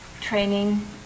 training